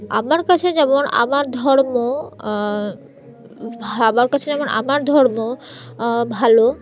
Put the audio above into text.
আমার কাছে যেমন আমার ধর্ম আমার কাছে যেমন আমার ধর্ম ভালো